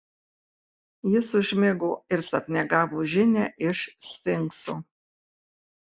jis užmigo ir sapne gavo žinią iš sfinkso